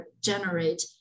generate